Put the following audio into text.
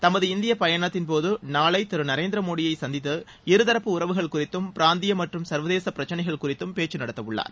தமது இந்திய பயணத்தின்போது நாளை திரு நரேந்திர மோடியை சந்தித்து இருதரப்பு உறவுகள் குறித்தும் பிராந்திய மற்றும் சர்வதேச பிரச்சினைகள் குறித்தும் பேச்சு நடத்தவுள்ளார்